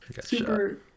super